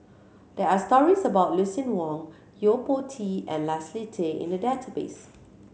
there are stories about Lucien Wang Yo Po Tee and Leslie Tay in the database